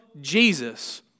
Jesus